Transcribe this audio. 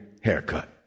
haircut